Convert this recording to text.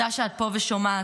תודה שאת פה ושומעת,